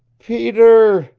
peter!